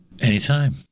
Anytime